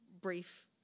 ...brief